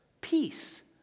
peace